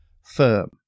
firm